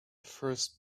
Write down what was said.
first